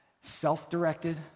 Self-directed